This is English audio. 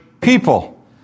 people